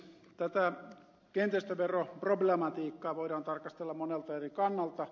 tätä kiinteistöveroproblematiikkaa voidaan tarkastella monelta eri kannalta